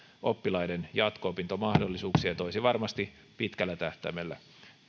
oppilaiden jatko opintomahdollisuuksia ja toisi varmasti pitkällä tähtäimellä